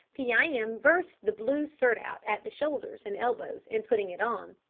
pee-eye-em burst the blue surtout at the shoulders and elbows in putting it on,